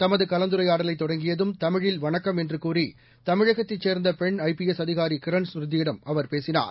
தமது கலந்துரையாடலை தொடங்கியதும் தமிழில் வணக்கம் என்று கூறி தமிழகத்தைச் சேர்ந்த பெண் ஐ பி எஸ் அதிகாரி கிரண் ஸ்ருதியிடம் அவர் பேசினார்